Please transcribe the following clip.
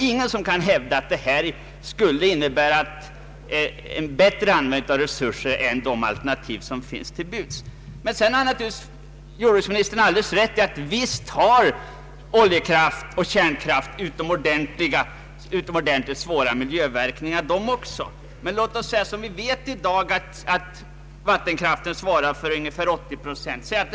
Ingen kan hävda att den aktuella utbyggnaden skulle innebära en bättre användning av resurser än de kraftalternativ som står till buds. Jordbruksministern har alldeles rätt i att även oljekraft och kärnkraft har svåra miljöpåverkningar. Vattenkraften svarar i dag för ungefär 80 procent av kraftbehovet.